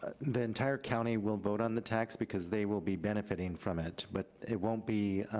the entire county will vote on the tax, because they will be benefiting from it, but it won't be,